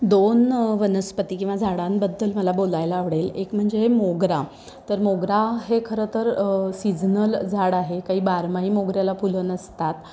दोन वनस्पती किंवा झाडांबद्दल मला बोलायला आवडेल एक म्हणजे मोगरा तर मोगरा हे खरं तर सीझनल झाड आहे काही बारमाही मोगऱ्याला फुलं नसतात